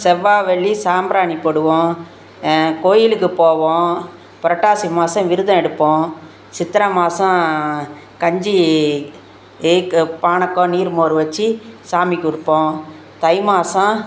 செவ்வாய் வெள்ளி சாம்பிராணி போடுவோம் கோவிலுக்கு போவோம் புரட்டாசி மாதம் விரதம் எடுப்போம் சித்திரை மாதம் கஞ்சி எக்கு பானகம் நீர் மோர் வெச்சி சாமி கொடுப்போம் தை மாதம்